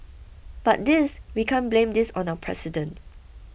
but this we can't blame this on our president